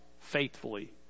faithfully